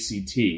ACT